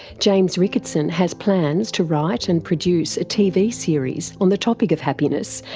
james ricketson has plans to write and produce a tv series on the topic of happiness,